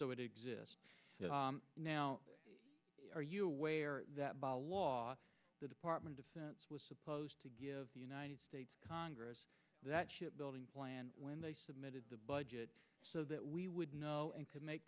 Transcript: so it exists now are you aware that by law the department of defense was supposed to give the united states congress that shipbuilding plan when they submitted the budget so that we would know and could make